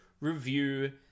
review